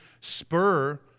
spur